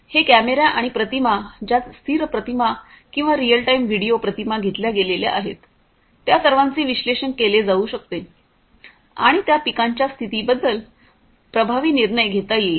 हे कॅमेरे आणि प्रतिमा ज्यात स्थिर प्रतिमा किंवा रिअल टाइम व्हिडिओ प्रतिमा घेतल्या गेलेल्या आहेत त्या सर्वांचे विश्लेषण केले जाऊ शकते आणि त्या पिकांच्या स्थितीबद्दल प्रभावी निर्णय घेता येईल